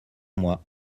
moi